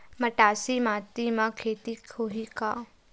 मटासी माटी म के खेती होही का?